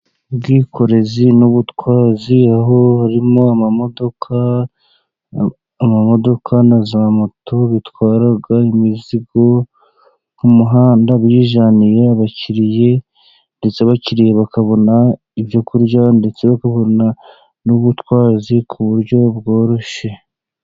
Ubwikorezi n'ubutwazi aho harimo amamodoka, amamodoka na za moto bitwara imizigo ku muhanda, bijyaniye abakiriya ndetse abakiriye bakabona ibyo kurya, ndetse bakabona n'ubutwazi ku buryo bworoshye.